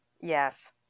yes